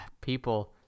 people